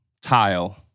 tile